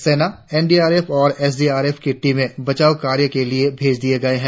सेनाएन D R F और S D R F की टीमें बचाव कार्य के लिए भेज दी गई है